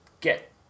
get